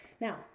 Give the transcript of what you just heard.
Now